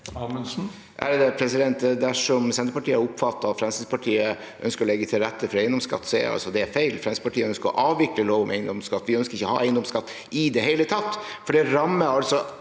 Dersom Senterpartiet har oppfattet det sånn at Fremskrittspartiet ønsker å legge til rette for eiendomsskatt, er det feil. Fremskrittspartiet ønsker å avvikle lov om eiendomsskatt. Vi ønsker ikke å ha eiendomsskatt i det hele tatt,